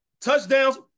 touchdowns